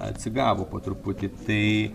atsigavo po truputį tai